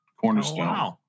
Cornerstone